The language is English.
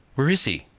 where is he?